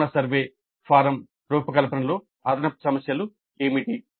నిష్క్రమణ survey form రూపకల్పనలో అదనపు సమస్యలు ఏమిటి